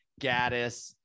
Gaddis